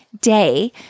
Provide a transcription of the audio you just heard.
day